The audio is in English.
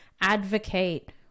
advocate